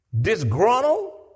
disgruntled